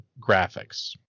graphics